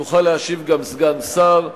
יוכל להשיב גם סגן שר,